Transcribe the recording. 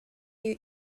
you